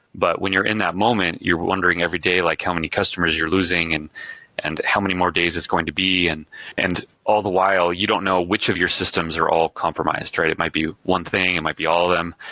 but when you're in that moment, you're wondering every day like how many customers you're losing and and how many more days is going to be, and and all the while you don't know which of your systems are all compromised, right? it might be one thing. it might be all of them.